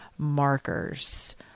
Markers